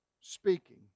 speaking